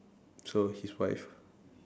so his wife